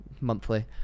monthly